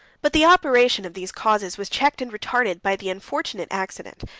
but the operation of these causes was checked and retarded by the unfortunate accident,